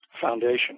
foundation